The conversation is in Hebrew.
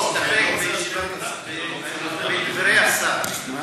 נסתפק בדברי השר.